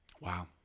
Wow